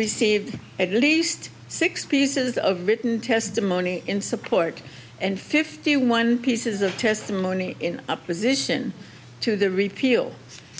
received at least six pieces of written testimony in support and fifty one pieces of testimony in opposition to the repeal